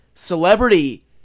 Celebrity